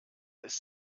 ist